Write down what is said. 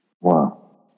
Wow